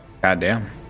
Goddamn